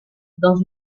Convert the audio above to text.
dans